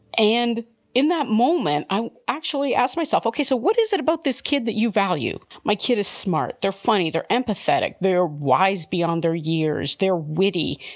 and in that moment, i actually asked myself. okay, so what is it about this kid that you value? my kid is smart. they're funny, they're empathetic. they're wise beyond their years. they're witty.